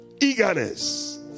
eagerness